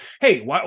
Hey